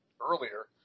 earlier